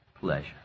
pleasure